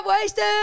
wasted